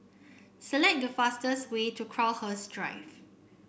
select the fastest way to Crowhurst Drive